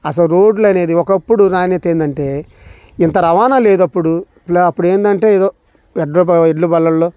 అసలు రోడ్లు అనేది ఒకప్పుడు నాణ్యత ఏంటంటే ఇంత రవాణా లేదప్పుడు అప్పుడు ఏందంటే ఏదో ఎడ్ల ఎడ్ల బళ్ళల్లో